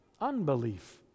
unbelief